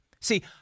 See